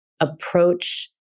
approach